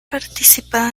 participado